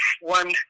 one